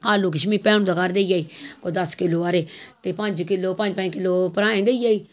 आलू किश में भैनू दा घर देई आई कोई दस किलो हारे ते पंज किलो पंज पंज किलो भ्राएं देई आई त्रौने चौनें गी